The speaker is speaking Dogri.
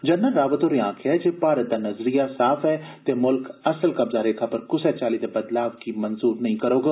जनरल रावत होरें आक्खेआ जे भारत दा नजरिया साफ ऐ जे मुल्ख असल कब्जा रेखा पर कुसै चाल्ली दे बदलाव गी मंजूर नेई करोग